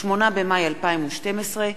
8 במאי 2012,